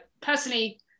personally